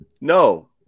No